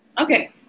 okay